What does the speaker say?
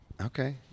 Okay